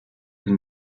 and